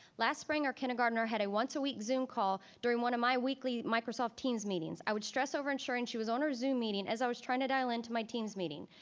last spring our kindergartner had a once a week zoom call during one of my weekly microsoft teams meetings. i would stress over ensuring she was on her zoom meeting as i was trying to dial into my teams meeting.